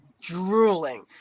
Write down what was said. drooling